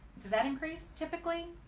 does that increase typically?